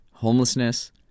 homelessness